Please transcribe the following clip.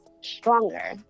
stronger